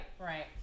right